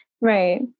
Right